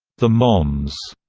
the moms,